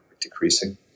decreasing